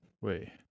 Wait